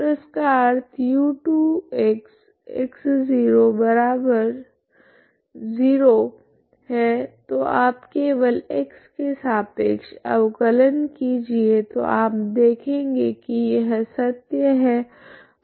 तो इसका अर्थ u2xx00 है तो आप केवल x के सापेक्ष अवकलन कीजिए तो आप देखेगे की यह सत्या है